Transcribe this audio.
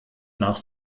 nach